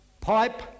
pipe